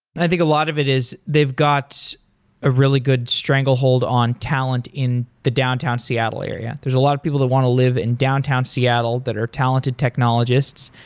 i think a lot of it is they've got a really good stranglehold on talent in the downtown seattle area. there's a lot of people that want to live in downtown seattle that are talented technologists,